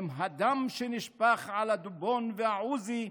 / עם הדם שנשפך על הדובון והעוזי,